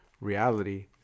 reality